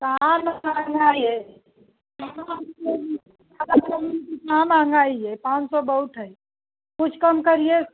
कहाँ कितना महंगाई हैं पाँच सौ बहुत है कुछ कम करिए